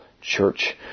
church